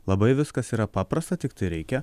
labai viskas yra paprasta tiktai reikia